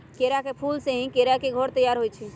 केरा के फूल से ही केरा के घौर तइयार होइ छइ